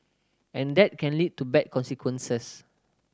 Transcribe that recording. and that can lead to bad consequences